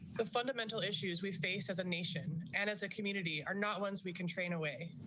the fundamental issues we face as a nation and as a community or not. once we can train away.